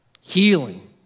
Healing